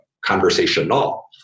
conversational